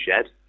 shed